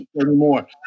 anymore